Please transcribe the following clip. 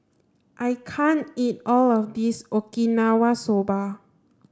I can't eat all of this Okinawa soba